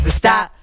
stop